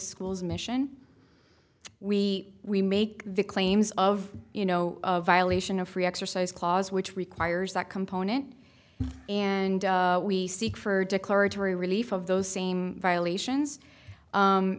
school's mission we we make the claims of you know the violation of free exercise clause which requires that component and we seek for declaratory relief of those same violations